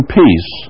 peace